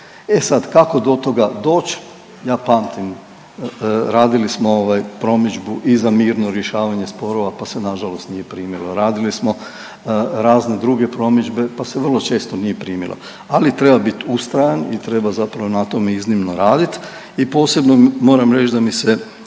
E sad, kako do toga doći? Ja pamtim radili smo ovaj promidžbu i za mirno rješavanje sporova pa se nažalost nije primilo, radili smo razne druge promidžbe pa se vrlo često nije primilo, ali treba biti ustrajan i treba zapravo na tome iznimno raditi. I posebno moram reći da mi se